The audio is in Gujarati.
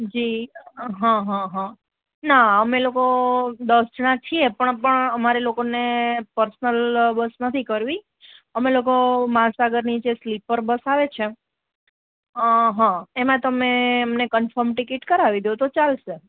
જી ના અમે લોકો દસ જણા છીએ પણ પણ અમારે લોકોને પર્સનલ બસ નથી કરવી અમે લોકો મહાસાગરની જે સ્લીપર બસ આવે છે એમાં તમે અમને કન્ફોર્મ ટિકિટ કરવી દો તો ચાલશે